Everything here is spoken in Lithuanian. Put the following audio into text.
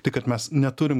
tai kad mes neturim